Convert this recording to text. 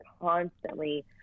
constantly